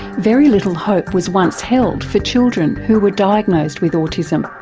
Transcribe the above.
very little hope was once held for children who were diagnosed with autism.